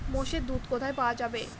মোষের দুধ কোথায় পাওয়া যাবে?